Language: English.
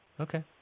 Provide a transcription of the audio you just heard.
okay